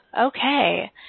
Okay